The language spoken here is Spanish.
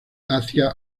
hacia